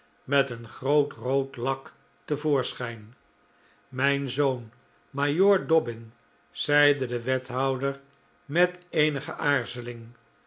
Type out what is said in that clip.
met een groot rood lak te voorschijn mijn zoon majoor dobbin zeide de wethouder met eenige aarzeling